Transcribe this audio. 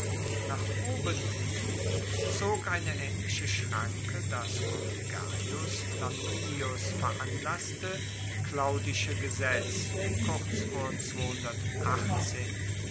nach oben hin zog eine aehnliche schranke das von gaius flaminius veranlasste claudische gesetz